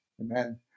Amen